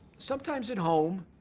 sometimes at home,